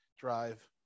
drive